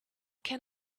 can